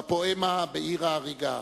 בפואמה "בעיר ההרגה":